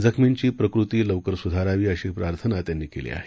जखमींची प्रकृती लवकर सुधारावी अशी प्रार्थना त्यांनी केली आहे